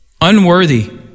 unworthy